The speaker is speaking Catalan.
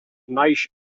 naix